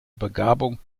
begabung